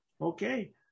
Okay